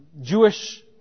Jewish